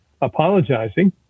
apologizing